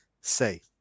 say